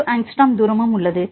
2 angstrom தூரமும் உள்ளது